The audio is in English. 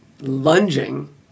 lunging